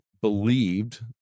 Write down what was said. believed